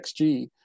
XG